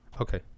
Okay